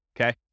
Okay